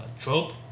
trope